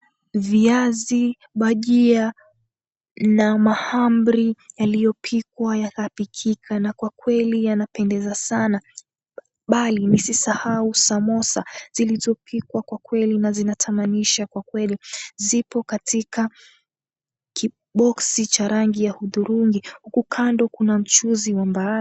Viazi, bajia na mahamri yaliyopikwa yakapikika, na kwa kweli yanapendeza sana. Bali nisisahau samosa zilizopikwa kwa kweli na zinatamanisha kwa kweli, zipo katika kiboksi cha rangi ya hudhurungi huku kando kuna mchuzi wa mbaazi.